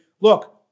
Look